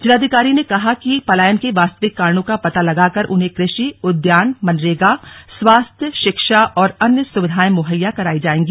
जिलाधिकारी ने कहा कि पलायन के वास्तविक कारणों का पता लगाकर उन्हें कृषि उद्यान मनरेगा स्वस्थ शिक्षा और अन्य सुविधाएं मुहैया कराया जाएगा